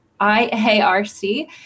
IARC